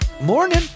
Morning